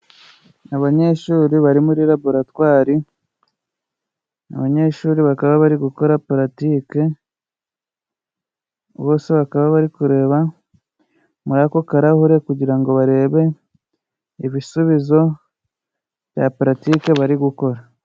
Abanyeshuri bari muri laboratwari, abanyeshuri bakaba bari gukora paratike. Bose bakaba bari kureba murako karahure, kugira ngo barebe ibisubizo bya paratike bari gukora.